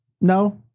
No